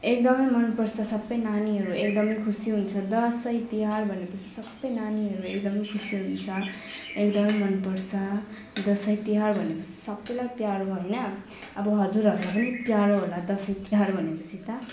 एकदमै मनपर्छ सबै नानीहरू एकदमै खुसी हुन्छ दसैँ तिहार भनेपछि सबै नानीहरू एकदमै खुसी हुन्छ एकदमै मनपर्छ दसैँ तिहार भनेपछि सबैलाई प्यारो होइन अब हजुरहरूलाई पनि प्यारो होला दसैँ तिहार भनेपछि त